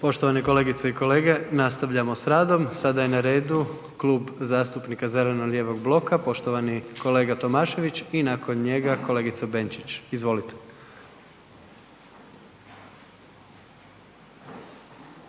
Poštovane kolegice i kolege, nastavljamo s radom. Sada je na redu Klub zastupnika zeleno-lijevog bloka, poštovani kolega Tomašević i nakon njega kolegica Benčić, izvolite.